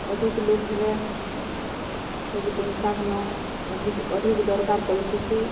ଅଧିକ୍ ଲୋକ୍ ହେଲେ ସବୁ ତୁମ୍ସାଗନ ଅଧିକ୍ ଅଧିକ୍ ଦରକାର ପଡ଼ିଥିସି